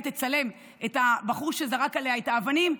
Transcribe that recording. תצלם את הבחור שזרק עליה את האבנים,